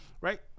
Right